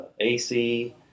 AC